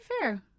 fair